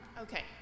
Okay